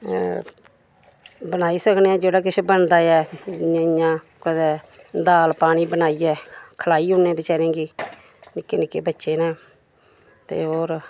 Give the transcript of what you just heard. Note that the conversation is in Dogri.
बनाई सकने जेह्ड़ा किश बनदा ऐ इ'यां इ'यां कदें दाल पानी बनाइयै खलाई औने बचारें गी नि'क्के नि'क्के बच्चे न ते होर